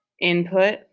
input